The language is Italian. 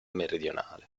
meridionale